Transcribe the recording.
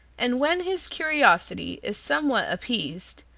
and when his curiosity is somewhat appeased,